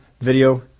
video